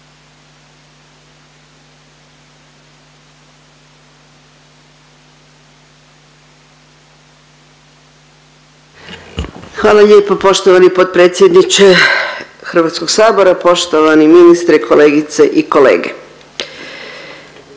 Hvala vam poštovani potpredsjedniče Hrvatskoga sabora. Poštovani i uvaženi kolege i kolegice